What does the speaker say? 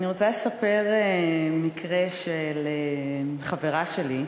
אני רוצה לספר מקרה של חברה שלי,